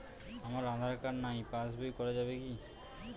আমার আঁধার কার্ড নাই পাস বই করা যাবে কি?